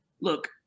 look